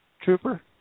trooper